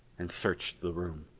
and searched the room.